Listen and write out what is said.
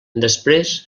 després